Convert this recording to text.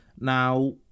Now